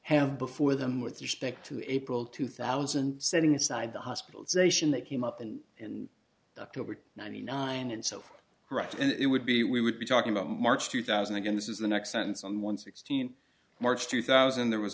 have before them with respect to april two thousand setting aside the hospitalization that came up in october of ninety nine and so right and it would be we would be talking about march two thousand again this is the next sentence on one sixteen march two thousand there was